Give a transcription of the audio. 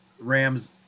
Rams –